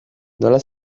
nola